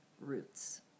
roots